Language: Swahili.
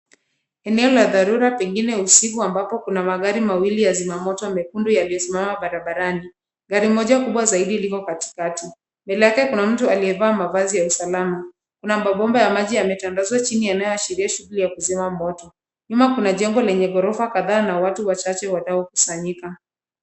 Eneo la dharura, pengine usiku ambako kuna magari mawili ya zimamoto mekundu, yaliyosimama barabarani . Gari moja kubwa zaidi liko katikati. Mbele yake kuna mtu aliyevaa mavazi ya usalama. Kuna mabomba ya maji yametandazwa chini yanayoashiria shughuli ya kuzima moto. Nyuma kuna jengo lenye ghorofa kadhaa na watu wachache wanaokusanyika.